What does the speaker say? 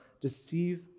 deceive